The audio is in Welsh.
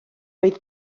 oedd